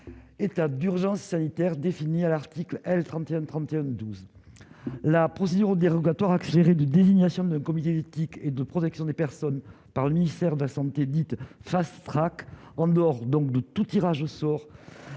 état d'urgence sanitaire défini à l'article L. 31 31 12 la procédure on dérogatoire gérer de désignation de comités d'éthique et de protection des personnes, par le ministère de la Santé, dite Fast Track en dehors donc de tout tirage au sort